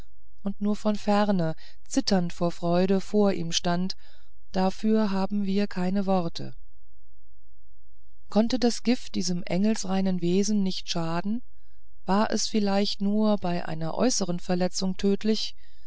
und nur von ferne zitternd vor freude vor ihm stand dafür haben wir keine worte konnte das gift diesem engelreinen wesen nicht schaden war es vielleicht nur bei einer äußeren verletzung tödlich